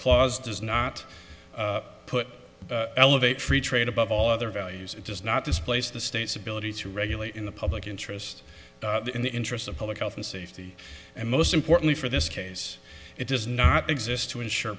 clause does not put elevate free trade above all other values it does not displace the state's ability to regulate in the public interest in the interests of public health and safety and most importantly for this case it does not exist to ensure